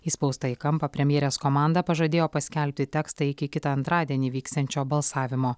įspausta į kampą premjerės komanda pažadėjo paskelbti tekstą iki kitą antradienį vyksiančio balsavimo